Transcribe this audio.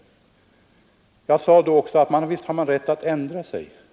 Men jag sade också att visst har man rätt att ändra sig.